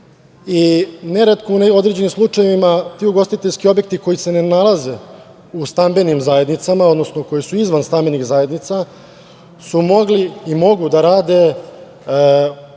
Neretko, u određenim slučajevima ti ugostiteljski objekti koji se ne nalaze u stambenim zajednicama, odnosno, koji su izvan stambenih zajednica su mogli i mogu da rade potpuno